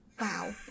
wow